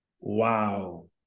wow